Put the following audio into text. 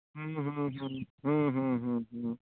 ᱦᱩᱸ ᱦᱩᱸ ᱦᱩᱸ ᱦᱩᱸ ᱦᱩᱸ ᱦᱩᱸ ᱦᱩᱸ